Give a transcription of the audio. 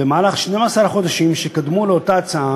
במהלך שנים-עשר החודשים שקדמו לאותה הצעה,